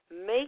make